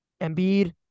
Embiid